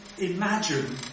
imagine